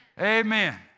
Amen